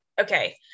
okay